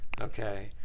Okay